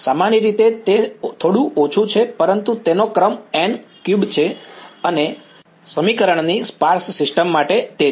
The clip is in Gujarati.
સામાન્ય રીતે તે થોડું ઓછું છે પરંતુ તેનો ક્રમ n3 છે અને સમીકરણની સ્પાર્સ સિસ્ટમ માટે તે છે